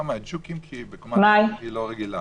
מהג'וקים כי היא הייתה בקומה שהיא לא רגילה.